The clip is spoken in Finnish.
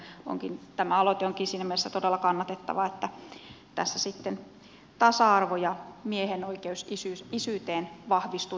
tämä aloite onkin siinä mielessä todella kannatettava että tässä sitten tasa arvo ja miehen oi keus isyyteen vahvistuvat